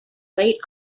late